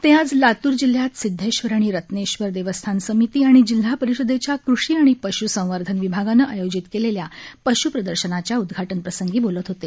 ते आज लातूर जिल्ह्यात सिद्धेश्वर आणि रत्नेश्वर देवस्थान समिती आणि जिल्हा परिषदेच्या कृषी आणि पश् संवर्धन विभागानं आयोजित केलेल्या पश् प्रदर्शनाच्या उद्घाटनप्रसंगी बोलत होते